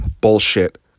bullshit